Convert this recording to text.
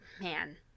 man